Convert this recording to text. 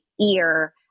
ear